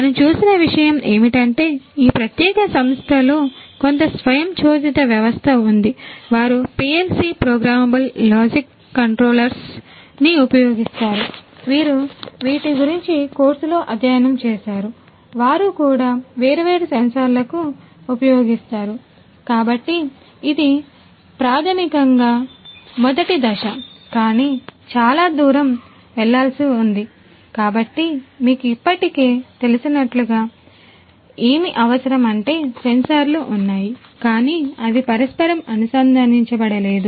మనం చూసిన విషయం ఏమిటంటే ఈ ప్రత్యేక సంస్థలో కొంత స్వయంచోదిత వ్యవస్థ ఉంది వారు PLC ప్రోగ్రామబుల్ లాజిక్ కంట్రోలర్స్ ఉన్నాయి కాని అవి పరస్పరం అనుసంధానించబడలేదు